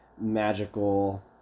magical